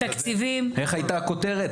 איך היתה הכותרת?